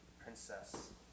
princess